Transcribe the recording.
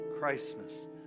Christmas